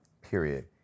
period